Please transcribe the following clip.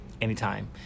anytime